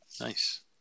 Nice